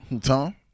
Tom